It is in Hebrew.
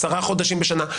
עשרה חודשים בשנה,